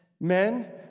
Men